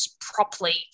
properly